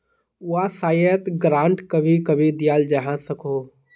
वाय्सायेत ग्रांट कभी कभी दियाल जवा सकोह